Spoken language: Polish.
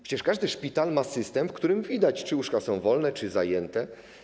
Przecież każdy szpital ma system, w którym widać, czy łóżka są wolne, czy zajęte.